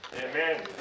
Amen